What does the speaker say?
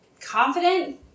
confident